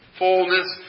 fullness